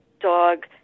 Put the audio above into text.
dog